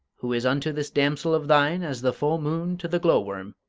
who is unto this damsel of thine as the full moon to the glow-worm,